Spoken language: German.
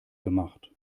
gemacht